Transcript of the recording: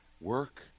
Work